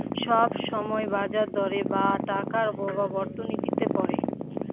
সব সময় বাজার দরের বা টাকার প্রভাব অর্থনীতিতে পড়ে